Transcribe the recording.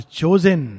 chosen